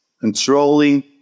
Controlling